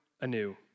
anew